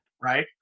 right